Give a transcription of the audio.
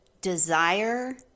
desire